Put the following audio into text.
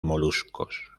moluscos